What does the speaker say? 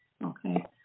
Okay